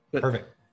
perfect